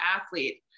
athlete